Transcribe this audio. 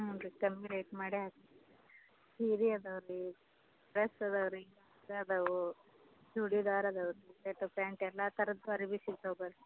ಹ್ಞೂ ರೀ ಕಮ್ಮಿ ರೇಟ್ ಮಾಡೇ ಹಾಕಿ ಸೀರೆ ಇದಾವ್ ರೀ ಡ್ರೆಸ್ ಇದಾವ್ ರೀ ಇದಾವು ಚೂಡಿದಾರ ಇದಾವು ಶರ್ಟು ಪ್ಯಾಂಟ್ ಎಲ್ಲ ಥರದ್ದು ಅರ್ವೆ ಸಿಕ್ತವೆ ಬನ್ರಿ